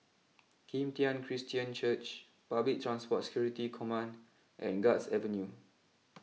Kim Tian Christian Church Public Transport Security Command and Guards Avenue